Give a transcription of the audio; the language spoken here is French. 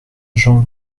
jean